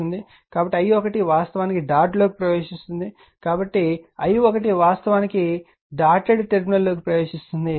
కాబట్టి i1 వాస్తవానికి dot లోకి ప్రవేశిస్తుంది కాబట్టి ఈ i1 వాస్తవానికి డాటెడ్ టెర్మినల్లోకి ప్రవేశిస్తుంది